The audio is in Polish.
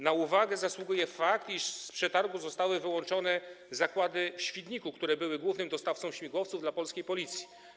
Na uwagę zasługuje fakt, iż z przetargu zostały wyłączone zakłady w Świdniku, które były głównym dostawcą śmigłowców dla polskiej Policji.